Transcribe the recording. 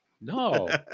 No